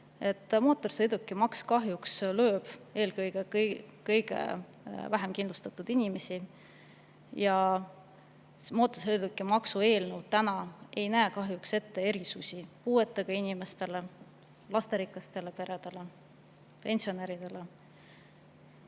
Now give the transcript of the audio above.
mootorsõidukimaks kahjuks lööb eelkõige kõige vähem kindlustatud inimesi. Mootorsõidukimaksu eelnõu ei näe kahjuks ette erisusi puuetega inimestele, lasterikastele peredele, pensionäridele.